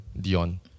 Dion